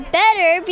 better